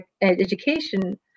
education